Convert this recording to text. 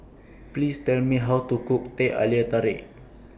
Please Tell Me How to Cook Teh Halia Tarik